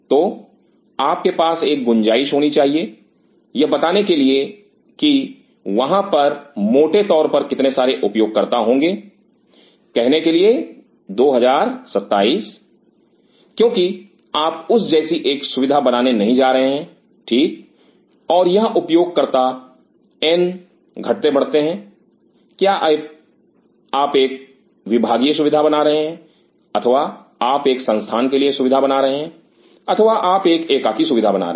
तो आपके पास एक गुंजाइश होनी चाहिए यह बताने के लिए कि वहां पर मोटे तौर पर कितने सारे उपयोगकर्ता होंगे कहने के लिए 2027 क्योंकि आप उस जैसी एक सुविधा बनाने नहीं जा रहे हैं ठीक और यह उपयोगकर्ता एन घटते बढ़ते हैं क्या आप एक विभागीय सुविधा बना रहे हैं अथवा आप एक संस्थान के लिए सुविधा बना रहे हैं अथवा आप एक एकाकी सुविधा बना रहे हैं